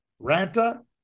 Ranta